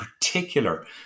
particular